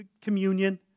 communion